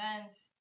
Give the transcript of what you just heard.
events